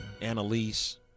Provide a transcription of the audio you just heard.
Annalise